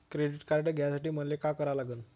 Credit card घ्यासाठी मले का करा लागन?